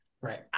Right